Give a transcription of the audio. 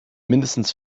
mindestens